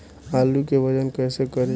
आलू के वजन कैसे करी?